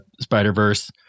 Spider-Verse